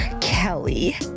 Kelly